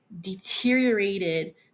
deteriorated